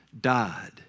died